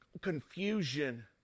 confusion